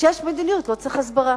כשיש מדיניות לא צריך הסברה.